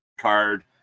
Card